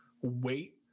wait